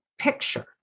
picture